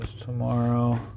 tomorrow